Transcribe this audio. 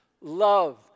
love